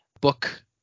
book